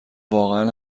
واقعا